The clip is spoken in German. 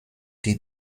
die